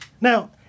Now